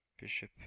Bishop